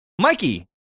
Mikey